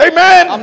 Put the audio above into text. Amen